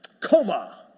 coma